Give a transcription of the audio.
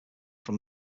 from